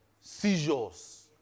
Seizures